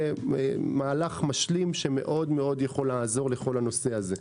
מהלך משלים שמאוד יכול לעזור בכל הנושא הזה.